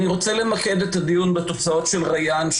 אני רוצה למקד את הדיון בתוצאות של ריאן,